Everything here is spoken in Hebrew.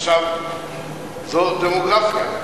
עכשיו, זו דמוגרפיה.